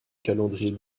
calendrier